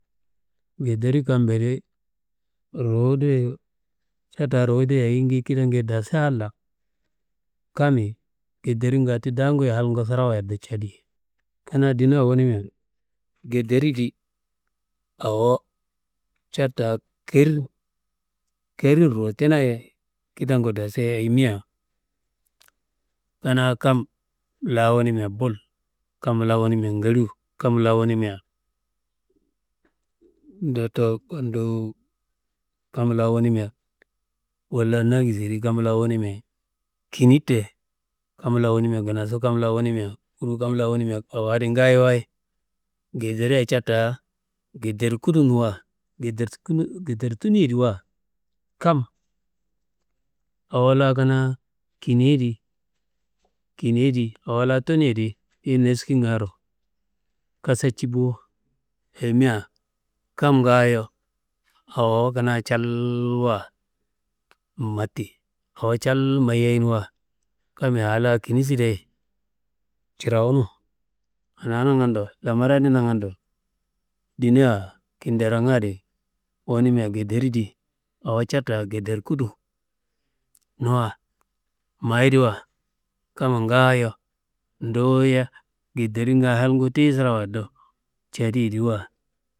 Ngederi kammbe di ruwudiye, ca da ruwudiye ayingiye kidangu dassa alla, kammi ngederingu ti daanguyi halngu surawuwayedo cedi. Kanaa ndina wunimia ngederi di awo ca da keri kerin ruwutinaye kidangu dasuye, ayimia kanaa kam la wunumia bul, kam la wunumia ngaliwu kam la wunumia wolla nangisyedi, kam la wunumia kini te, kam la wunumia nginasu, kam la wunumia kuruwu, kam la wunumia awo adi ngaayowaye, ngederia ca da ngederkodunua, ngedertunuyediwa, kam awo la kanaa kiniyedi, awo la tunuyedi tiyi neskingaro kasaci bo, ayimia kam ngaayo awowu kanaa calwa matti, awo cal mayiyeinua, kammi awo la kini sidei cirawunu. Anaa nangando, lamar adi nangando, ndina kinderomnga wunumia ngederi di awo ca da ngederikudu nua, mayediwa kamma ngaayo duwuye ngederinga halngu ti surawayediro cediyediwa.